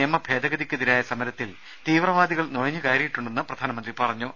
നിയമ ഭേദഗതിക്കെതിരായ സമരത്തിൽ പൌരത്വ തീവ്രവാദികൾ നുഴഞ്ഞു കയറിയിട്ടുണ്ടെന്നും പ്രധാനമന്ത്രി പറഞ്ഞു